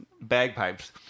bagpipes